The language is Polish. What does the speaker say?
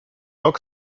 rok